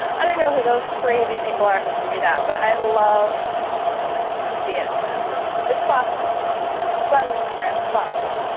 i don't know who those crazy people are who can do that, but i'd love to see it it's possible so on instagram, it's possible.